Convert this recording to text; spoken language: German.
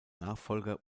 nachfolger